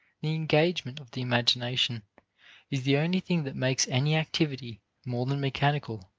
the engagement of the imagination is the only thing that makes any activity more than mechanical.